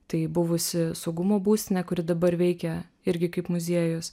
tai buvusi saugumo būstinė kuri dabar veikia irgi kaip muziejus